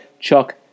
Chuck